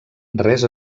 res